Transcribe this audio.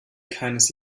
keines